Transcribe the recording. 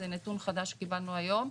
זה נתון חדש שקיבלנו היום.